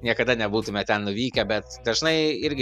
niekada nebūtume ten nuvykę bet dažnai irgi